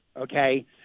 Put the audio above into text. okay